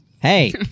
Hey